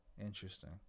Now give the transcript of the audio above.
Interesting